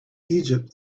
egypt